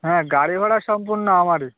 হ্যাঁ গাড়ি ভাড়া সম্পূর্ণ আমারই